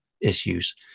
issues